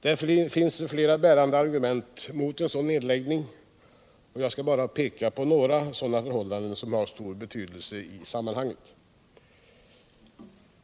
Det finns flera bärande argument mot en sådan nedläggning. Jag skall bara peka på några, som har stor betydelse i sammanhanget.